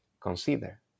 consider